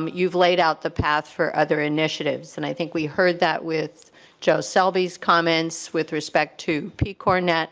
um you've laid out the path for other initiatives and i think we heard that with joe selby's comments with respect to the pcornet